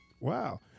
Wow